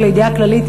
רק לידיעה כללית,